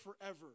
forever